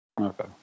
okay